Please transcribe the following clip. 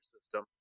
System